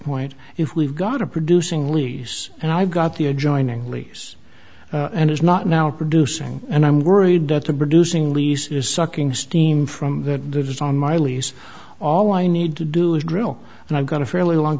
point we've got a producing lease and i've got the adjoining lease and it's not now producing and i'm worried that the producing lease is sucking steam from that lives on my lease all i need to do is grow and i've got a fairly long